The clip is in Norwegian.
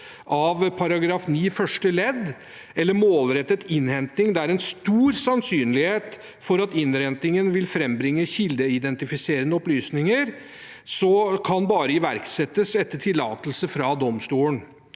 av § 9 første ledd, eller målrettet innhenting med en stor sannsynlighet for at innhentingen vil frambringe kildeidentifiserende opplysninger, bare kan iverksettes etter tillatelse fra domstolene